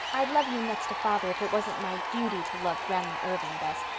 i'd love you next to father if it wasn't my duty to love grandma irving best,